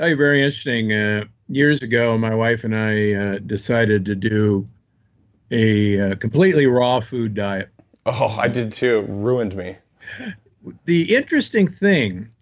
very interesting, ah years ago my wife and i decided to do a completely raw food diet ah i did too, ruined me the interesting thing,